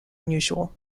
unusual